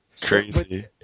Crazy